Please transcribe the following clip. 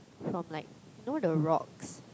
from like you know the rocks